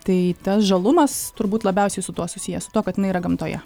tai tas žalumas turbūt labiausiai su tuo susijęs su tuo kad jinai yra gamtoje